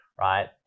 right